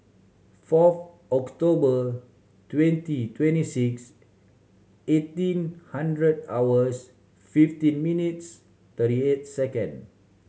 fourth October twenty twenty six eighteen hundred hours fifteen minutes thirty eight second